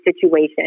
situation